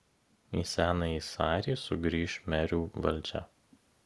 į senąjį sarį sugrįš merių valdžia